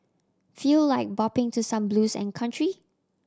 feel like bopping to some blues and country